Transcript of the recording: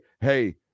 Hey